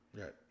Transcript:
Right